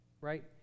right